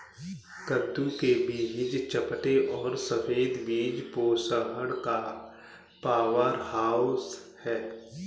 कद्दू के बीज चपटे और सफेद बीज पोषण का पावरहाउस हैं